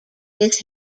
his